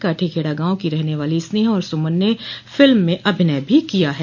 काठीखेड़ा गांव की रहने वाली स्नेहा और सुमन ने फिल्म में अभिनय भी किया है